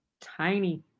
Tiny